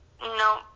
no